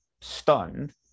stunned